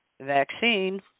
vaccine